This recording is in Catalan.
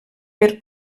per